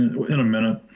in a minute.